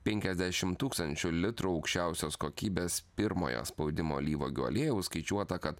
penkiasdešim tūkstančių litrų aukščiausios kokybės pirmojo spaudimo alyvuogių aliejaus skaičiuota kad